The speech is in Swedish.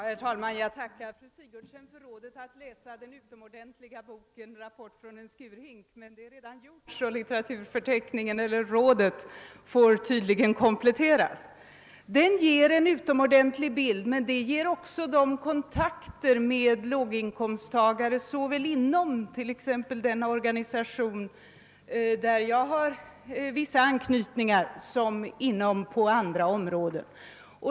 Herr talman! Jag tackar fru Sigurdsen för rådet att läsa den utomordentliga boken »Rapport från en skurhink«, men eftersom det redan är gjort får litteraturrådet tydligen kompletteras. Den boken ger en utomordentlig bild av situationen, men det gör också direkta kontakter med låginkomsttagarna som jag haft såväl inom t.ex. den organisation som jag tillhör som på andra områden.